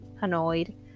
annoyed